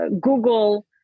Google